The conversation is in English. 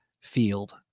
field